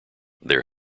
there